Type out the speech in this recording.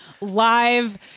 live